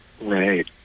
Right